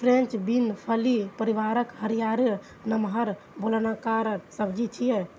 French bean फली परिवारक हरियर, नमहर, बेलनाकार सब्जी छियै